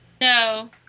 No